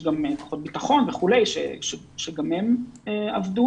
גם כוחות ביטחון וכולי שגם הם עבדו.